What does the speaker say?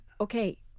Okay